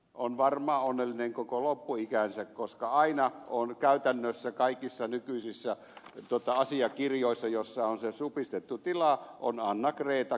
on varmaan onnellinen koko loppuikänsä koska aina käytännössä kaikissa nykyisissä asiakirjoissa joissa on se supistettu tila on anna greta kylähar